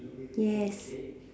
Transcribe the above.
yes